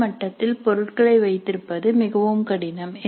இந்த மட்டத்தில் பொருட்களை வைத்திருப்பது மிகவும் கடினம்